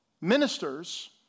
Ministers